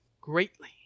greatly